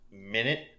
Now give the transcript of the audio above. minute